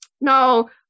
no